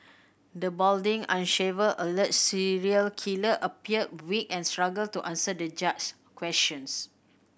the balding unshaven alleged serial killer appeared weak and struggled to answer the judge questions